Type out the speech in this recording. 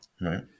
Right